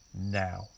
now